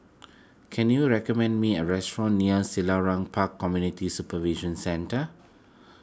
can you recommend me a restaurant near Selarang Park Community Supervision Centre